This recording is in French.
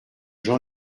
jean